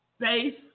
Faith